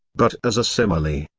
but as a simile.